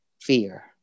fear